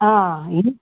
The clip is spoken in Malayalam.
ആ ഇത്